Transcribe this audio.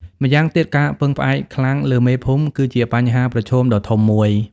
ម៉្យាងទៀតការពឹងផ្អែកខ្លាំងលើមេភូមិ គឺជាបញ្ហាប្រឈមដ៏ធំមួយ។